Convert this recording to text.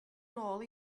nôl